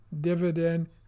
dividend